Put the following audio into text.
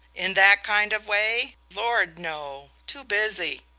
in that kind of way? lord, no! too busy!